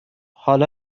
حاال